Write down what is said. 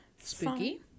spooky